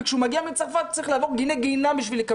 וכשהוא מגיע מצרפת הוא צריך לעבור --- בשביל לקבל.